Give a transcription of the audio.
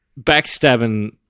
backstabbing